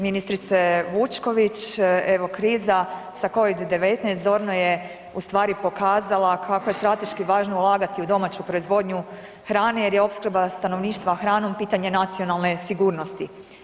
Ministrice Vučković, evo kriza sa covid-19 zorno je u stvari pokazala kako je strateški važno ulagati u domaću proizvodnju hrane jer je opskrba stanovništva hranom pitanje nacionalne sigurnosti.